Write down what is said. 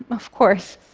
of course,